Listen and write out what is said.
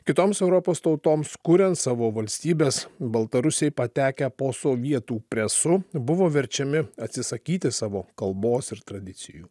kitoms europos tautoms kuriant savo valstybes baltarusiai patekę po sovietų presu buvo verčiami atsisakyti savo kalbos ir tradicijų